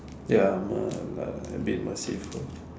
ya I'm a a bit merciful